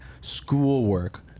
schoolwork